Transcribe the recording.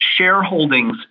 shareholdings